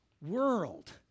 world